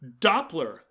Doppler